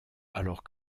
alors